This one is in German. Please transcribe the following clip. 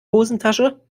hosentasche